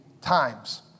times